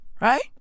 right